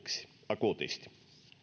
akuutisti